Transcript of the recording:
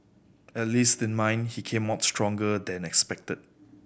at least in mind he came out stronger than expected